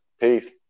Peace